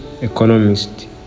economist